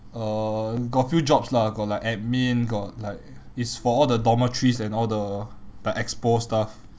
uh got a few jobs lah got like admin got like it's for all the dormitories and all the like expo stuff